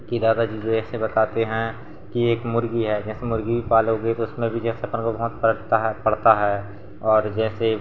कि दादा जी जो ऐसे बताते हैं की एक मुर्गी है जैसे मुर्गी पालोगे तो उसमें जैसे अपन लोग होत पड़ता है पड़ता है और जैसे